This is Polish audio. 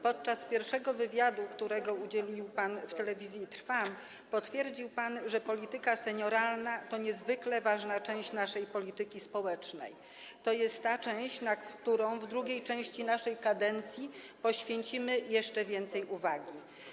Podczas pierwszego wywiadu, którego udzielił pan w Telewizji Trwam, potwierdził pan, że polityka senioralna: to niezwykle ważna część naszej polityki społecznej, to jest ta część, na którą w drugiej części naszej kadencji poświęcimy jeszcze więcej uwagi.